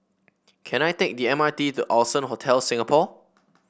can I take the M R T to Allson Hotel Singapore